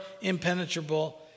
impenetrable